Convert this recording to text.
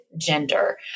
gender